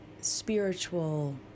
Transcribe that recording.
spiritual